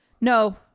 no